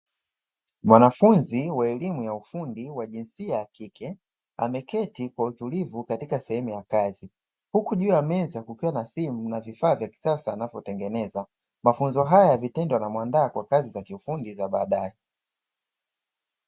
Mwanafunzi wa elimu ya ufundi wa jinsia ya kike ameketi kwa utulivu katika shehmu ya kazi, huku juu ya meza kukiwa na simu na vifaa vya kisasa anavyotengeneza. Mafunzo haya ya vitendo yanamuandaa kwa kazi za kiufundi za baadae.